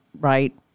right